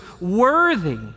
worthy